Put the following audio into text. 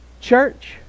church